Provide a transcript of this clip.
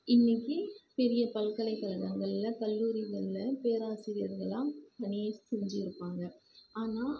இன்றைக்கி பெரிய பல்கலைக்கழகங்கள்ல கல்லூரிகளில் பேராசிரியர்களாக பணியை செஞ்சிருப்பாங்க ஆனால்